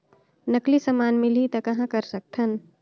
नकली समान मिलही त कहां कर सकथन?